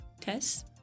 Tess